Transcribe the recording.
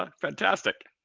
ah fantastic!